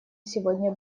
сегодня